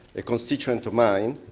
a constituent of mine